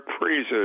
praises